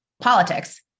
Politics